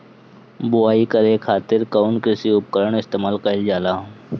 बुआई करे खातिर कउन कृषी उपकरण इस्तेमाल कईल जाला?